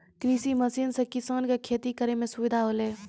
कृषि मसीन सें किसान क खेती करै में सुविधा होलय